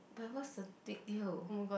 but what's the big deal